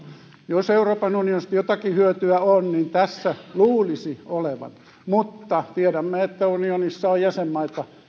jos euroopan unionista jotakin hyötyä on niin tässä luulisi olevan mutta tiedämme että unionissa on jäsenmaita